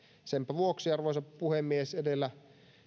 senpä vuoksi arvoisa puhemies edellä